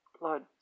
Blood